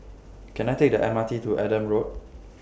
Can I Take The M R T to Adam Road